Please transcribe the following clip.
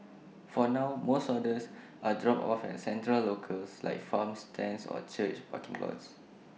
for now most orders are dropped off at central locales like farm stands or church parking lots